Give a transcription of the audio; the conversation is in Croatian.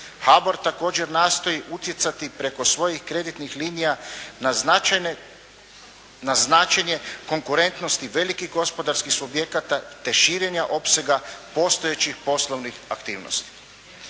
HBOR također nastoji utjecati preko svojih kreditnih linija na značenje konkurentnosti velikih gospodarskih subjekata te širenja opsega postojećih poslovnih aktivnosti.